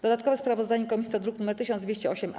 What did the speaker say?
Dodatkowe sprawozdanie komisji to druk nr 1208-A.